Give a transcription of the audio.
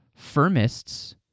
Firmists